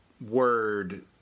word